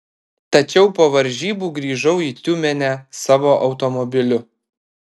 tačiau po varžybų grįžau į tiumenę savo automobiliu